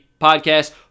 Podcast